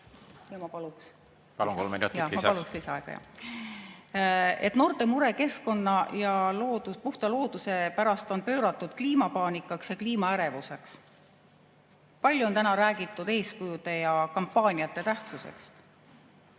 … Ma paluks … Palun, kolm minutit lisaks! Ma paluks lisaaega, jah.… et noorte mure keskkonna ja puhta looduse pärast on pööratud kliimapaanikaks ja kliimaärevuseks. Palju on täna räägitud eeskujude ja kampaaniate tähtsusest.